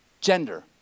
gender